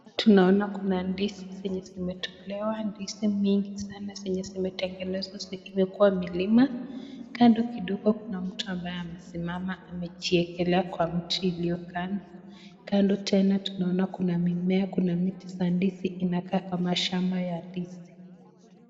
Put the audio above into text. Tunaona kuna ndizi zenye zimetolewa, ndizi nyingi sana ambazo zimejaa mlima. Kando kidigi kuna mtu ambaye amesimama na nyuma yake inakaa kama shamba ya ndizi.